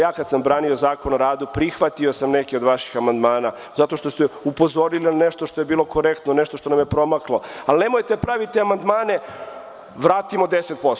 Ja kada sam branio Zakon o radu prihvatio sam neke od vaših amandmana zato što ste upozorili na nešto što je bilo korektno, nešto što nam je promaklo, ali nemojte praviti amandmane – vratimo 10%